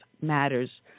Matters